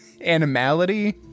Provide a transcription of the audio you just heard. animality